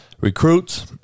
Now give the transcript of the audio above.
recruits